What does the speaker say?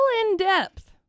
in-depth